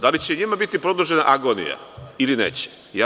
Da li će i njima biti produžena agonija ili neće?